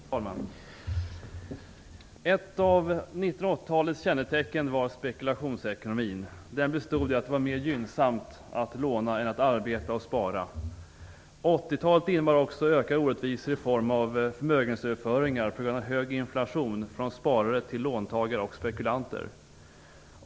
Herr talman! Ett av 1980-talets kännetecken var spekulationsekonomin. Den bestod i att det var mer gynnsamt att låna än att arbeta och spara. 80-talet innebar också ökade orättvisor i form av förmögenhetsöverföringar på grund av hög inflation från sparare till låntagare och spekulanter.